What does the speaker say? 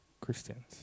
Christians